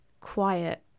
quiet